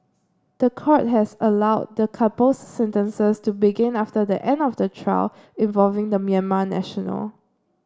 the court has allowed the couple's sentences to begin after the end of the trial involving the Myanmar national